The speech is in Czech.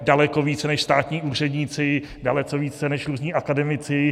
Daleko více než státní úředníci, daleko více než různí akademici.